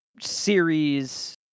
series